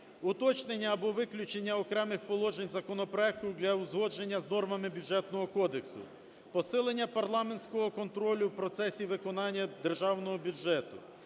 Уточнення або виключення окремих положень законопроекту для узгодження з нормами Бюджетного кодексу. Посилення парламентського контролю в процесі виконання Державного бюджету;